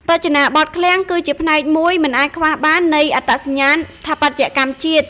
រចនាបថឃ្លាំងគឺជាផ្នែកមួយមិនអាចខ្វះបាននៃអត្តសញ្ញាណស្ថាបត្យកម្មជាតិ។